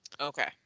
Okay